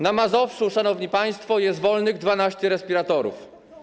Na Mazowszu, szanowni państwo, jest wolnych 12 respiratorów.